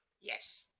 Yes